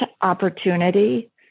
opportunity